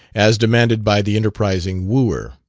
as demanded by the enterprising wooer.